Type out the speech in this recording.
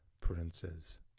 princes